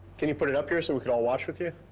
can you put it up here so we can all watch with you?